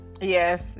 yes